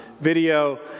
video